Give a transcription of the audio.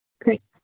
Great